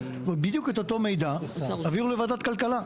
אפשר להעביר בדיוק את אותו המידע לוועדת הכלכלה.